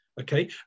okay